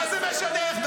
מה זה משנה איך?